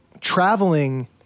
traveling